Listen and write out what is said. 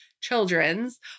children's